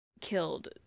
killed